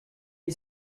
est